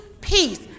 Peace